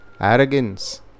arrogance